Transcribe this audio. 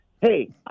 Hey